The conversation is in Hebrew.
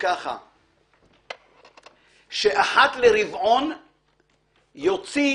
שאחת לרבעון יוציא